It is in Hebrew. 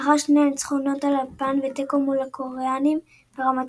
לאחר שני ניצחונות על יפן ותיקו מול הקוריאנים ברמת